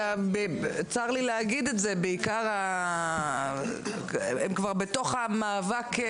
צר לי להגיד את זה, הם כבר בתוך המאבק.